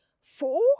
four